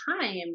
time